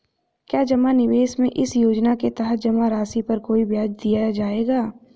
क्या जमा निवेश में इस योजना के तहत जमा राशि पर कोई ब्याज दिया जाएगा?